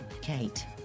kate